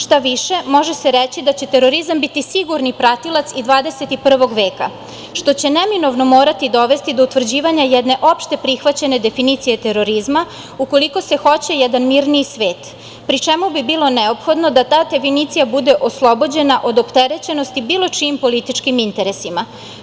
Šta više, može se reći da će terorizam biti sigurni pratilac i 21. veka, što će neminovno morati dovesti do utvrđivanja jedne opšte prihvaćene definicije terorizma ukoliko se hoće jedan mirniji svet, pri čemu bi bilo neophodno da ta definicija bude oslobođena od opterećenosti bilo čijim političkim interesima.